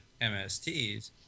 MSTs